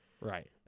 Right